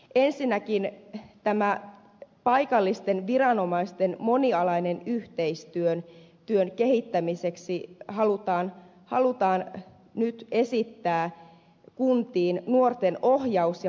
ensinnäkin paikallisten viranomaisten monialaisen yhteistyön kehittämiseksi halutaan nyt esittää kuntiin nuorten ohjaus ja palveluverkostoa